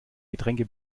getränke